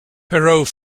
perrault